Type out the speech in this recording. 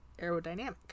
aerodynamic